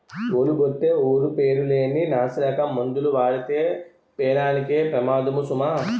ఓలి బొట్టే ఊరు పేరు లేని నాసిరకం మందులు వాడితే పేనానికే పెమాదము సుమా